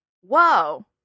Whoa